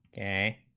a